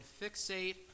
fixate